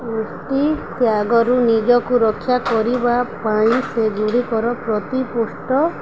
ବୃଷ୍ଟି ତ୍ୟାଗରୁ ନିଜକୁ ରକ୍ଷା କରିବା ପାଇଁ ସେଗୁଡ଼ିକର ପ୍ରତିପୁଷ୍ଟ